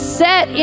set